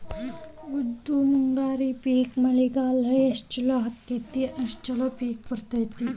ಉದ್ದು ಮುಂಗಾರಿ ಪಿಕ್ ಮಳಿಗಾಲ ಎಷ್ಟ ಚಲೋ ಅಕೈತಿ ಅಷ್ಟ ಚಲೋ ಪಿಕ್ ಬರ್ತೈತಿ